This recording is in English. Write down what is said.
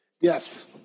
Yes